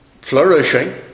Flourishing